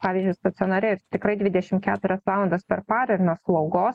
pavyzdžiui stacionare ir tikrai dvidešim keturias valandas per parą ir nuo slaugos